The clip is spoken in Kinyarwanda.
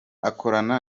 akorana